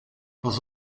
pas